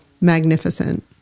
Magnificent